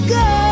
go